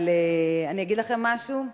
אבל אני אגיד לכם משהו: